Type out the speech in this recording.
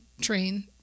train